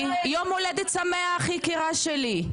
יום הולדת שמח יקירה שלי.